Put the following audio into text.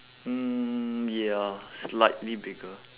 mm ya slightly bigger